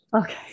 Okay